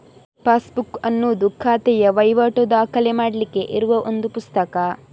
passbook ಅನ್ನುದು ಖಾತೆಯ ವೈವಾಟು ದಾಖಲೆ ಮಾಡ್ಲಿಕ್ಕೆ ಇರುವ ಒಂದು ಪುಸ್ತಕ